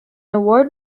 award